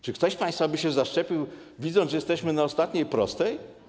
Czy ktoś z państwa by się zaszczepił, widząc, że jesteśmy na ostatniej prostej?